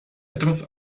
etwas